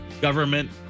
government